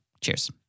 Cheers